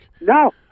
No